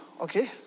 okay